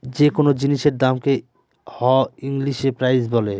যে কোনো জিনিসের দামকে হ ইংলিশে প্রাইস বলে